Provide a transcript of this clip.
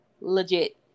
legit